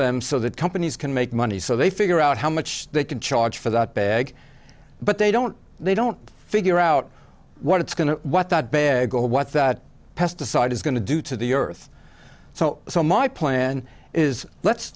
them so that companies can make money so they figure out how much they can charge for that bag but they don't they don't figure out what it's going to what that bag or what that pesticide is going to do to the earth so so my plan is let's